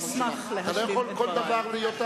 סגנית השרה, אני אשמח להשלים את דברי.